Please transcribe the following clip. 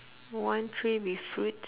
one tree with fruit~